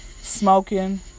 smoking